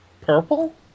purple